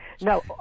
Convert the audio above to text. No